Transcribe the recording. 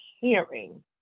hearing